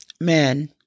men